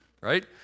right